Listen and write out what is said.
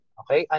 okay